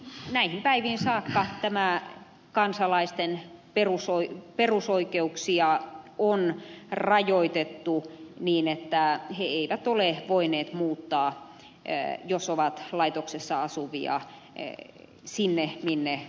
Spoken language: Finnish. todellakin näihin päiviin saakka kansalaisten perusoikeuksia on rajoitettu niin että he eivät ole voineet muuttaa jos ovat laitoksessa asuvia sinne minne haluaisivat